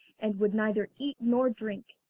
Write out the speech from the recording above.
and would neither eat nor drink.